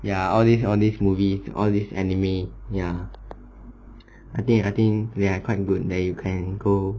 ya all these all these movie all these anime ya I think I think we are quite good leh you can go